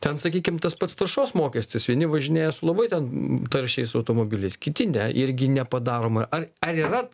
ten sakykim tas pats taršos mokestis vieni važinėja su labai ten taršiais automobiliais kiti ne irgi nepadaroma ar ar yra